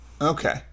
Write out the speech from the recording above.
Okay